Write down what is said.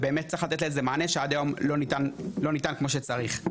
ובאמת צריך לתת לזה מענה שעד היום לא ניתן כמו שצריך.